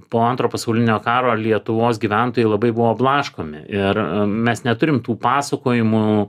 po antro pasaulinio karo lietuvos gyventojai labai buvo blaškomi ir mes neturim tų pasakojimų